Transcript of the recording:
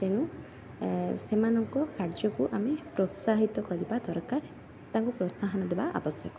ତେଣୁ ଏଁ ସେମାନଙ୍କ କାର୍ଯ୍ୟକୁ ଆମେ ପ୍ରୋତ୍ସାହିତ କରିବା ଦରକାର ତାଙ୍କୁ ପ୍ରୋତ୍ସାହନ ଦବା ଆବଶ୍ୟକ